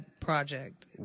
project